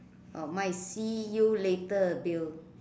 uh mine is see you later Bill